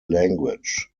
language